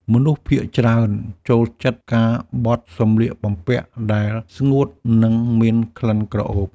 មនុស្សភាគច្រើនចូលចិត្តការបត់សម្លៀកបំពាក់ដែលស្ងួត និងមានក្លិនក្រអូប។